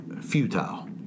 futile